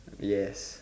yes